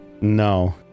No